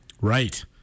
Right